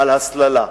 על הסללה.